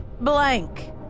Blank